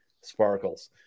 sparkles